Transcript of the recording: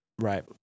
Right